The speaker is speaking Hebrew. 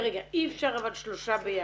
אי אפשר שלושה ביחד,